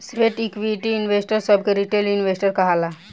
sweat equity investor सभ के retail investor कहाला